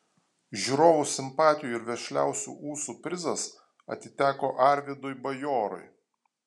žiūrovų simpatijų ir vešliausių ūsų prizas atiteko arvydui bajorui